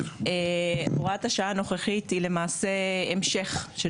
הוראת השעה הנוכחית היא למעשה המשך של